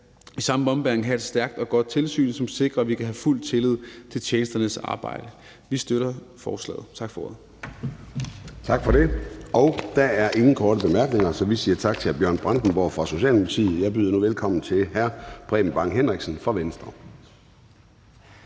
i samme ombæring have et stærkt og godt tilsyn, som sikrer, at vi kan have fuld tillid til tjenesternes arbejde. Vi støtter forslaget. Tak for ordet. Kl. 09:03 Formanden (Søren Gade): Tak for det. Der er ingen korte bemærkninger, så vi siger tak til hr. Bjørn Brandenborg fra Socialdemokratiet. Jeg byder nu velkommen til hr. Preben Bang Henriksen fra Venstre.